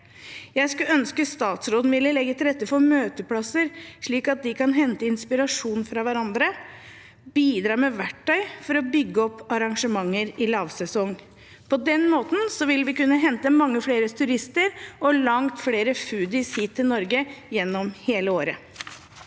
ønske statsråden ville legge til rette for møteplasser, slik at de kan hente inspirasjon fra hverandre, og bidra med verktøy for å bygge opp arrangementer i lavsesong. På den måten vil vi kunne hente mange flere turister og langt flere «foodies» hit til Norge gjennom hele året.